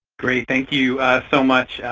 great. thank you so much,